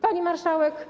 Pani Marszałek!